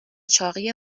چاقی